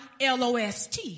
LOST